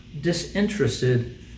disinterested